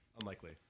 Unlikely